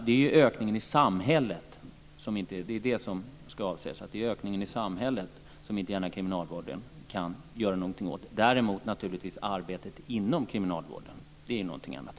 Det är ökningen i samhället som kriminalvården inte gärna kan göra någonting åt. Arbetet inom kriminalvården är däremot någonting annat.